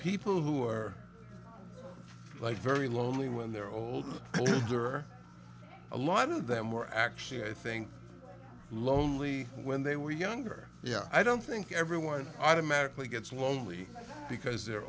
people who are like very lonely when they're older there are a lot of them were actually i think lonely when they were younger yeah i don't think everyone automatically gets lonely because they're